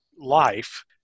life